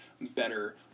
better